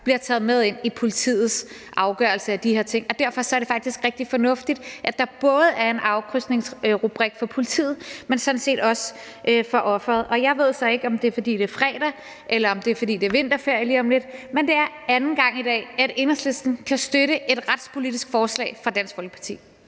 bliver taget med ind i politiets afgørelse af de her ting, og derfor er det faktisk rigtig fornuftigt, at der både er en afkrydsningsrubrik for politiet, men også for offeret. Jeg ved så ikke, om det er, fordi det er fredag, eller om det er, fordi det er vinterferie lige om lidt, men det er anden gang i dag, at Enhedslisten kan støtte et retspolitisk forslag fra Dansk Folkeparti.